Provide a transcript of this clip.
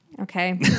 okay